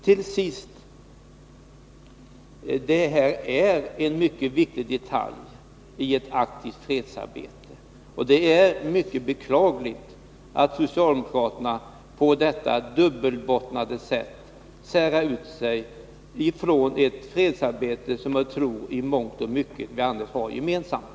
Till sist: Detta är en mycket viktig detalj i ett aktivt fredsarbete, och det är mycket beklagligt att socialdemokraterna på detta dubbelbottnade sätt skiljer ut Sig när det gäller det fredsarbete som jag tror att vi annars i mångt och mycket har gemensamt.